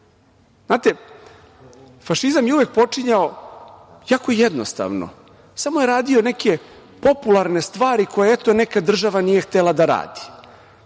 fašizam je uvek počinjao jako jednostavno samo je radio neke popularne stvari koje eto neka država nije htela da radi